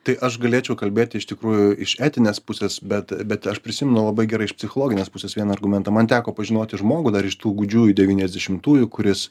tai aš galėčiau kalbėti iš tikrųjų iš etinės pusės bet bet aš prisimenu labai gerai iš psichologinės pusės vieną argumentą man teko pažinoti žmogų dar iš tų gūdžiųjų devyniasdešimtųjų kuris